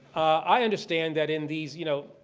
i understand that in these, you know,